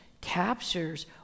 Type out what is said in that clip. captures